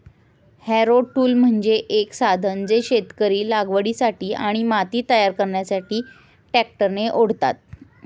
Harrow tool म्हणजे एक साधन जे शेतकरी लागवडीसाठी आणि माती तयार करण्यासाठी ट्रॅक्टरने ओढतात